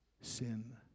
sin